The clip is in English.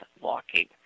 walking